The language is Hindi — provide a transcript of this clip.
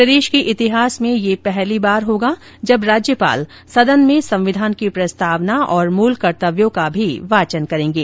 प्रदेश के इतिहास में यह पहली बार होगा जब राज्यपाल सदन में संविधान की प्रस्तावना और मूल कर्तव्यों का भी वाचन करेंगे